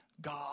God